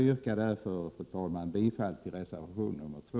Mot bakgrund av detta yrkar jag bifall till reservation nr 2.